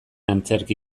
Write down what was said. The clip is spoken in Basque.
antzerki